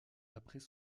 après